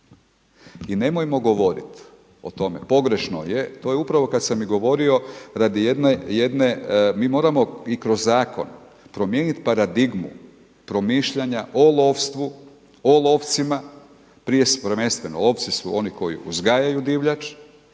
I nemojmo govoriti o tome, pogrešno je. To je upravo kada sam i govorio radi jedne, mi moramo i kroz zakon promijeniti paradigmu promišljanja o lovstvu, o lovcima. Prije, prvenstveno lovci su oni koji uzgajaju divljač,